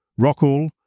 Rockall